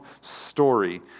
story